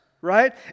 right